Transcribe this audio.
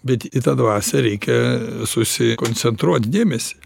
bet į tą dvasią reikia susikoncentruot dėmesį